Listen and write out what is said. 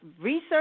research